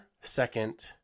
second